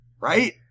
Right